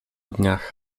dniach